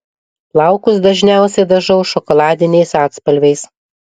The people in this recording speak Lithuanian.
plaukus dažniausiai dažau šokoladiniais atspalviais